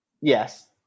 yes